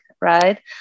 right